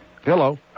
Hello